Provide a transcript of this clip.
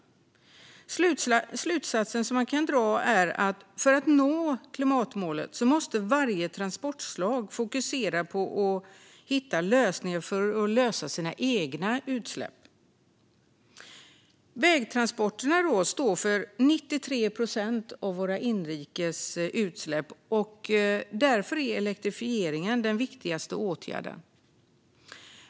Den slutsats man kan dra är att för att nå klimatmålet måste varje transportslag fokusera på att hitta lösningar för att reducera sina egna utsläpp. Vägtransporterna står för 93 procent av våra inrikes utsläpp. Därför är elektrifieringen den viktigaste åtgärden.